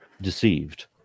deceived